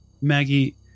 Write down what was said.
Maggie